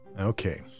Okay